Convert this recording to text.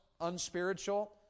Unspiritual